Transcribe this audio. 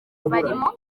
barimo